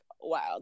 wow